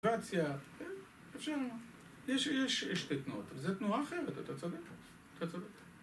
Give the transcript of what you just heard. אינטגרציה, כן, אפשר לומר, יש תנועות, וזו תנועה אחרת, אתה צודק, אתה צודק.